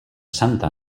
santa